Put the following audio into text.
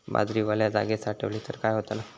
बाजरी वल्या जागेत साठवली तर काय होताला?